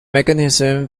mechanism